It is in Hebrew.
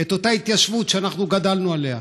את אותה התיישבות שאנחנו גדלנו עליה,